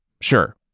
Sure